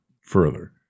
further